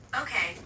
Okay